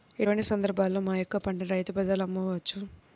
ఎటువంటి సందర్బాలలో మా యొక్క పంటని రైతు బజార్లలో అమ్మవచ్చు?